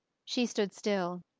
she stood still.